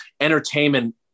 entertainment